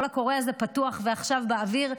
הקול הקורא הזה פתוח ועכשיו באוויר,